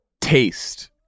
taste